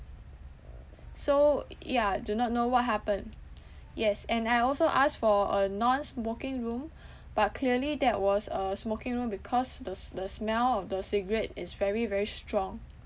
so ya do not know what happened yes and I also asked for a non smoking room but clearly that was a smoking room because the s~ the smell of the cigarette is very very strong